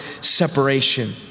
separation